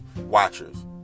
watchers